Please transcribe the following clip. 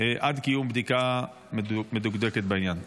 עד קיום בדיקה מדוקדקת בעניין?